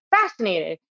fascinated